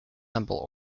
humble